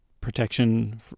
protection